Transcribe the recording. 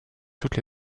toutes